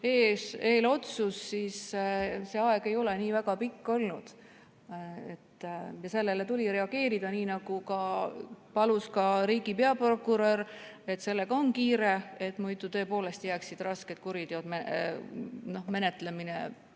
eelotsus ja see aeg ei ole nii väga pikk olnud. Sellele tuli reageerida, nii nagu palus ka riigi peaprokurör, et sellega on kiire, muidu tõepoolest raskete kuritegude menetlemine peatuks.